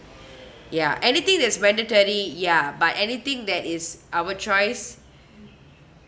ya anything that is mandatory ya but anything that is our choice